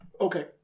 Okay